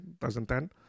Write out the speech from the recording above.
2010